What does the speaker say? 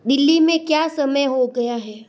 दिल्ली में क्या समय हो गया है